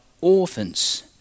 orphans